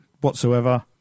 whatsoever